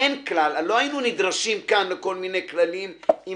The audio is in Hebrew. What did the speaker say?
לא היינו נדרשים כאן לכל מיני כללים אם